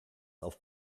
auf